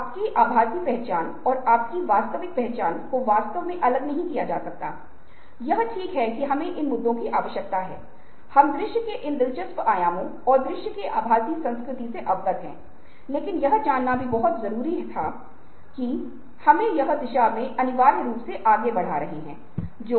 कभी कभी तार्किक और राष्ट्रीय जानकारी की आवश्यकता होती है और अन्य समय आपको सहज और रचनात्मक जानकारी की आवश्यकता होती है